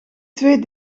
twee